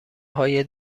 های